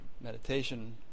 meditation